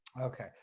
Okay